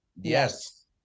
Yes